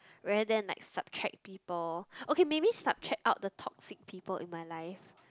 where then like subtract people okay maybe subtract out the toxic people in my life